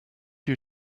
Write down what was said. you